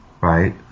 right